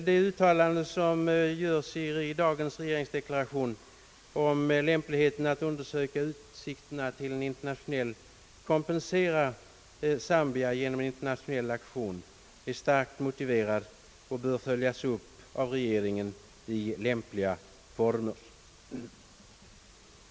Det uttalande som görs i dagens regeringsdeklaration om lämpligheten av att undersöka utsikterna att kompensera Zambia genom en internationell aktion är starkt motiverat och bör följas upp av regeringen i lämpliga former.